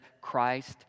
Christ